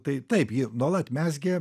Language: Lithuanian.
tai taip ji nuolat mezgė